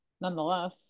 nonetheless